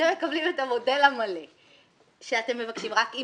אתם מקבלים את המודל המלא שאתם מבקשים אבל עם